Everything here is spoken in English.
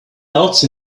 else